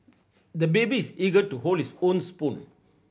the baby is eager to hold his own spoon